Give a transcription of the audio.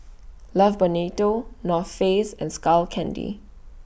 Love Bonito North Face and Skull Candy